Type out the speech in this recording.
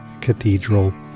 Cathedral